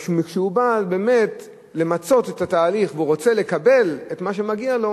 אבל כשהוא בא באמת למצות את התהליך והוא רוצה לקבל את מה שמגיע לו,